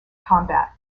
combat